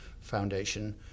Foundation